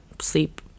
sleep